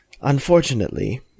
unfortunately